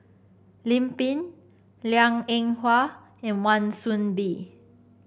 Lim Pin Liang Eng Hwa and Wan Soon Bee